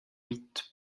huit